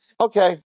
Okay